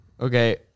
Okay